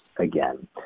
again